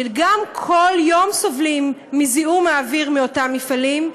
שגם כל יום סובלים מזיהום האוויר מאותם מפעלים,